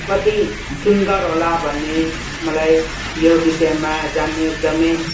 कति सुन्दर होला भन्ने मलाई यो विषयमा जान्नु एकदमै